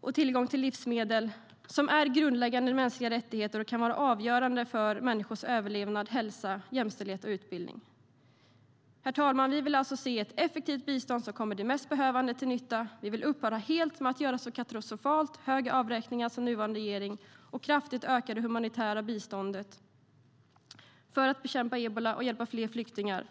och tillgång till livsmedel som är grundläggande mänskliga rättigheter och kan vara avgörande för människors överlevnad, hälsa, jämställdhet och utbildning. Herr talman! Vi vill alltså se ett effektivt bistånd som kommer de mest behövande till nytta. Vi vill upphöra helt med de katastrofalt stora avräkningar som nuvarande regering gör och kraftigt öka det humanitära biståndet för att bekämpa ebola och hjälpa fler flyktingar.